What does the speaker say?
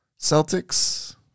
Celtics